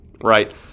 right